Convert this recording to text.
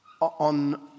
on